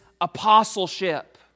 apostleship